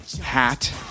hat